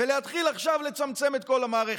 ולהתחיל עכשיו לצמצם את כל המערכת.